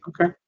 okay